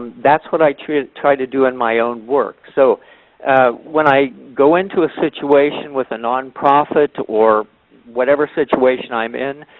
that's what i try ah try to do in my own work. so when i go into a situation with a nonprofit or whatever situation i'm in,